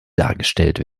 dargestellt